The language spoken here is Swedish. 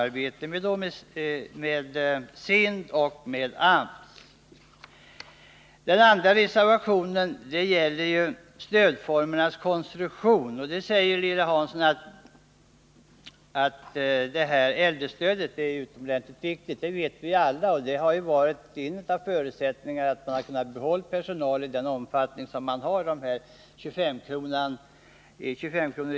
Reservationen 2 gäller stödformernas konstruktion. Lilly Hansson säger att äldrestödet är väldigt viktigt. Det vet vi alla. Det har varit en av förutsättningarna för att man har kunnat behålla personal i den omfattning som har skett. Stödet är 25 kr.